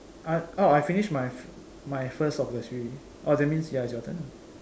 uh oh I finished my my first of the three oh that means ya its your turn lah